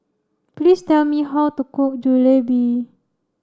please tell me how to cook Jalebi